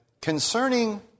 concerning